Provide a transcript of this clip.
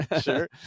Sure